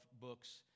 books